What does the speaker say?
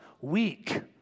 weak